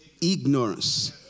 ignorance